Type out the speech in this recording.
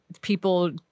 people